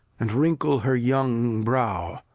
and wrinkle her young brow.